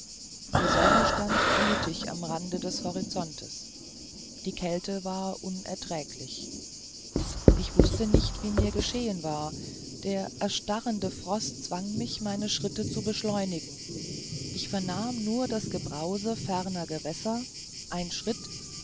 die sonne stand blutig am rande des horizontes die kälte war unerträglich ich wußte nicht wie mir geschehen war der erstarrende frost zwang mich meine schritte zu beschleunigen ich vernahm nur das gebrause ferner gewässer ein schritt